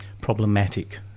problematic